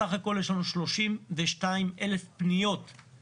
בסך הכול יש לנו 32,000 פניות למשטרת ישראל.